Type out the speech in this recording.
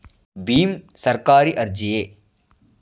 ಭೀಮ್ ಸರ್ಕಾರಿ ಅರ್ಜಿಯೇ?